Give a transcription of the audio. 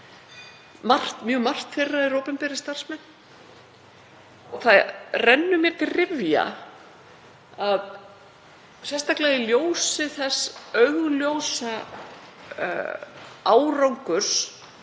mjög margt af því fólki eru opinberir starfsmenn. Það rennur mér til rifja, sérstaklega í ljósi þess augljósa árangurs